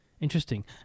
interesting